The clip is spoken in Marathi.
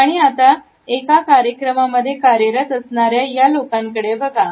आणि आता एका कार्यक्रमामध्ये कार्यरत असणाऱ्या या लोकांकडे बघा